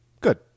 good